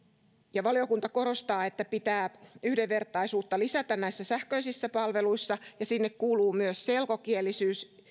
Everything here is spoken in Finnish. valiokunta korostaa että yhdenvertaisuutta pitää lisätä näissä sähköisissä palveluissa ja siihen kuuluu myös selkokielisyys